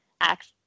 act